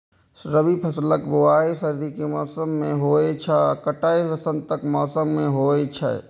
रबी फसलक बुआइ सर्दी के मौसम मे होइ छै आ कटाइ वसंतक मौसम मे होइ छै